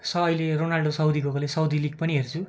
स अहिले Ronaldo Saudi गएकोले साउदी लिग पनि हेर्छु